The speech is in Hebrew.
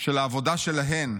של העבודה שלהן.